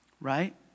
right